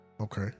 Okay